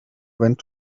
went